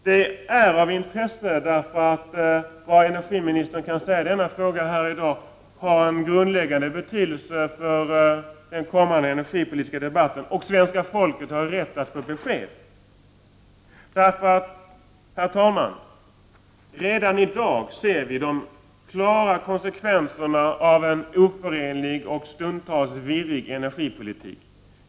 Det är av intresse att få besked, eftersom det som energiministern kan säga i denna fråga här i dag har en grundläggande betydelse för den kommande energipolitiska debatten. Dessutom har svenska folket rätt att få besked. Herr talman! Redan i dag ser vi klart konsekvenserna av en oförenlig och stundtals virrig energipolitik.